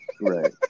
Right